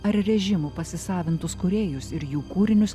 ar režimų pasisavintus kūrėjus ir jų kūrinius